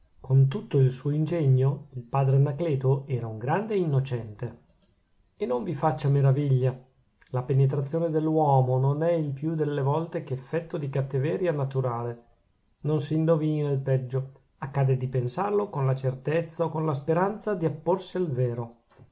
con tutto il suo ingegno il padre anacleto era un grande innocente e non vi faccia meraviglia la penetrazione dell'uomo non è il più delle volte che effetto di cattiveria naturale non s'indovina il peggio accade di pensarlo con la certezza o con la speranza di apporsi al vero